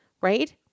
right